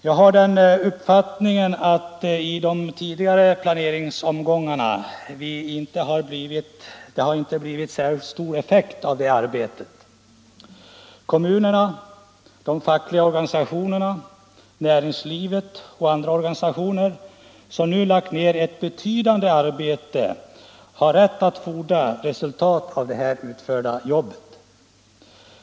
Jag har den uppfattningen att det i tidigare planeringsomgångar inte har blivit särdeles stor effekt av det arbetet. Kommunerna och fackliga organisationer, näringslivet och andra organisationer, som nu lagt ned ett betydande arbete, har rätt att fordra resultat av det utförda arbetet.